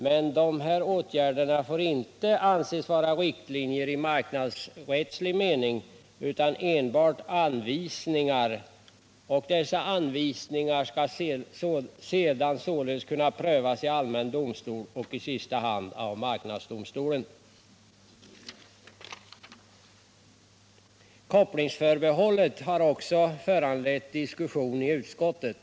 Men de åtgärderna får inte anses vara riktlinjer i marknadsrättslig mening utan enbart anvisningar. Kopplingsförbehållet har också föranlett diskussion i utskottet.